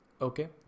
okay